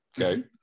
Okay